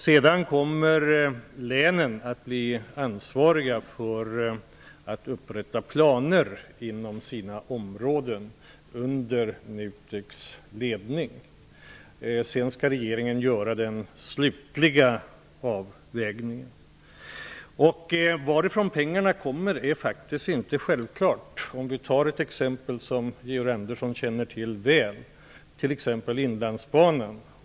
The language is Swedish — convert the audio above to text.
Länen kommer att bli ansvariga för att upprätta planer inom sina områden under NUTEK:s ledning. Sedan skall regeringen göra den slutliga avvägningen. Varifrån pengarna kommer är faktiskt inte självklart. Vi tar ett exempel som Georg Andersson känner till väl, t.ex. Inlandsbanan.